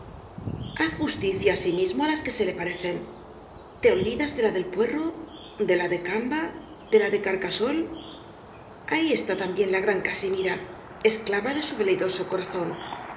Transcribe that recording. llaz justicia asimismo á las que se le parecen te olvidas de la del puerro de la de camba de la de carcasol ahí está también la gran casimira esclava de su veleidoso corazón